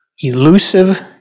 elusive